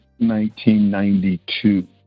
1992